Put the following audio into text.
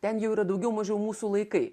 ten jau yra daugiau mažiau mūsų laikai